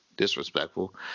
Disrespectful